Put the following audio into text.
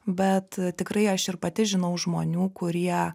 bet tikrai aš ir pati žinau žmonių kurie